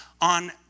on